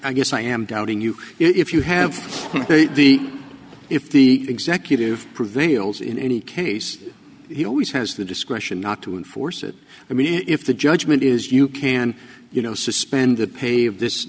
i guess i am doubting you if you have the if the executive prevails in any case he always has the discretion not to enforce it i mean if the judgment is you can you know suspend the pave this